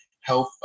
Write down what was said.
health